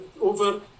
over